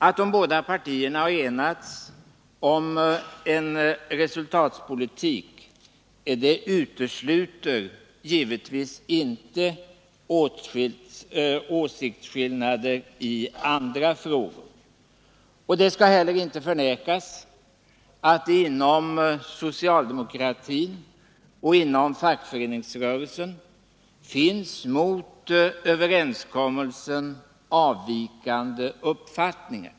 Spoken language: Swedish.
Att de båda partierna har enats om en resultatpolitik utesluter givetvis inte åsiktsskillnader i andra frågor. Det skall heller inte förnekas att det inom socialdemokratin och inom fackföreningsrörelsen finns många mot överenskommelsen avvikande uppfattningar.